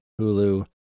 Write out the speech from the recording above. Hulu